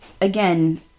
again